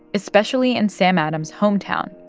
especially in sam adams' hometown,